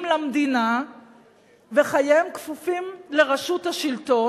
למדינה וחייהם כפופים לרשות השלטון.